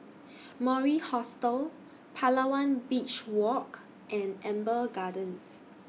Mori Hostel Palawan Beach Walk and Amber Gardens